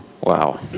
Wow